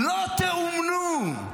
לא תאומנו.